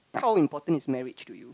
how important is marriage to you